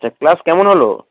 আচ্ছা ক্লাস কেমন হলো